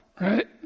right